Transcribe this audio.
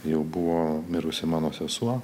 jau buvo mirusi mano sesuo